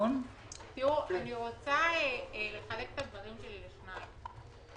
אני רוצה לחלק את הדברים שלי לשני חלקים.